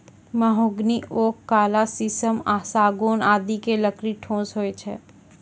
mahogany, oak, काला शीशम, सागौन आदि के लकड़ी ठोस होय छै